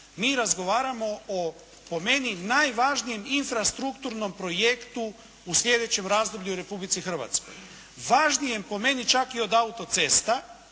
mi razgovaramo po meni najvažnijem infrastrukturnom projektu u sljedećem razdoblju u Republici Hrvatskoj. Važnijem po meni čak i od autocesta